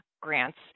grants